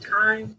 time